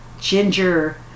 ginger